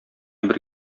бер